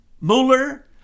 Mueller